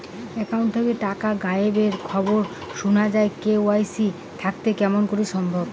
Account থাকি টাকা গায়েব এর খবর সুনা যায় কে.ওয়াই.সি থাকিতে কেমন করি সম্ভব?